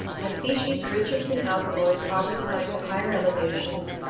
the species richest in alkaloids occupying the higher elevations,